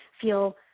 feel